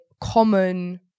common